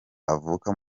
avuka